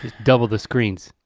double the screens.